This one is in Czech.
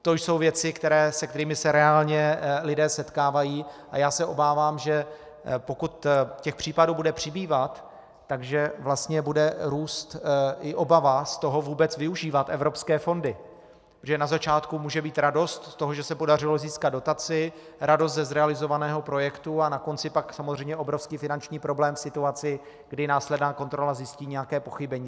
To jsou věci, se kterými se reálně lidé setkávají, a já se obávám, že pokud těch případů bude přibývat, tak že vlastně bude růst i obava vůbec využívat evropské fondy, protože na začátku může být radost z toho, že se podařilo získat dotaci, radost ze zrealizovaného projektu, na konci pak samozřejmě obrovský finanční problém situaci, kdy následná kontrola zjistí nějaké pochybení.